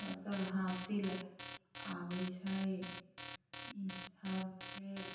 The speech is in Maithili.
फसल हासिल आबै छै इसबके